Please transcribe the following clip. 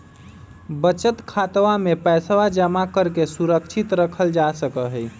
बचत खातवा में पैसवा जमा करके सुरक्षित रखल जा सका हई